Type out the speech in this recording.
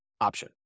option